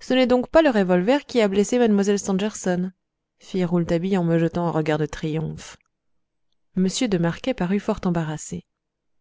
ce n'est donc pas le revolver qui a blessé mlle stangerson fit rouletabille en me jetant un regard de triomphe m de marquet parut fort embarrassé